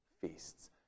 feasts